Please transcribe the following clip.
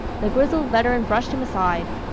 the grizzled veteran brushed him aside.